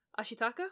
Ashitaka